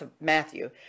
Matthew